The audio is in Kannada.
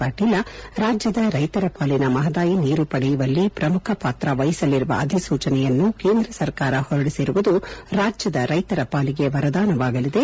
ಪಾಟೀಲ ರಾಜ್ಯದ ರೈತರ ಪಾಲಿನ ಮಹಾದಾಯಿ ನೀರು ಪಡೆಯುವಲ್ಲಿ ಪ್ರಮುಖ ಪಾತ್ರ ವಹಿಸಲಿರುವ ಅಧಿಸೂಚನೆಯನ್ನು ಕೇಂದ್ರ ಸರಕಾರ ಹೊರಡಿಸಿರುವುದು ರಾಜ್ಜದ ರೈತರ ಪಾಲಿಗೆ ವರದಾನವಾಗಲಿದೆ